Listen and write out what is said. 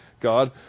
God